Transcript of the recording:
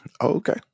Okay